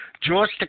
George